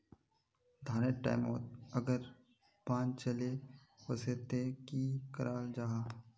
धानेर टैमोत अगर बान चले वसे ते की कराल जहा?